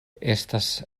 estas